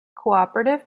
cooperative